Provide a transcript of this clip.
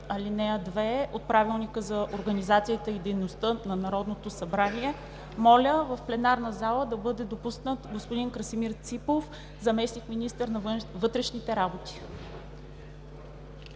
ал. 2 от Правилника за организацията и дейността на Народното събрание, моля в пленарната зала да бъде допуснат господин Красимир Ципов – заместник-министър на вътрешните работи.